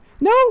No